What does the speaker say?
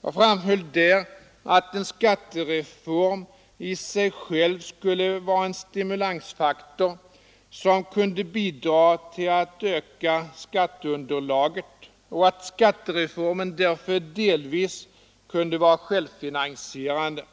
Jag framhöll där att en skattereform i sig själv skulle vara en stimulansfaktor, som kunde bidra till att öka skatteunderlaget och att skattereformen därför delvis kunde vara självfinansierande.